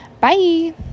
Bye